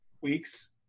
weeks